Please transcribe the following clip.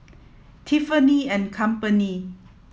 Tiffany and Company